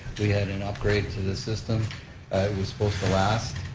we had an upgrade to the system. it was supposed to last,